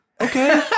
Okay